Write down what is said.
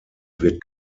wird